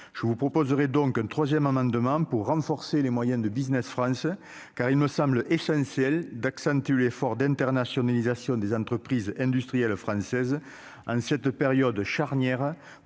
je vous proposerai donc un 3ème demain pour renforcer les moyens de Business France car il me semble essentiel d'accentuer l'effort d'internationalisation des entreprises industrielles françaises en cette période charnière